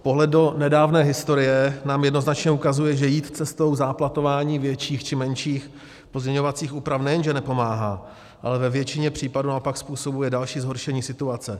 Pohled do nedávné historie nám jednoznačně ukazuje, že jít cestou záplatování větších či menších pozměňovacích úprav nejenže nepomáhá, ale ve většině případů naopak způsobuje další zhoršení situace.